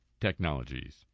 technologies